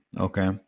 Okay